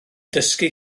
dysgu